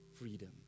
freedom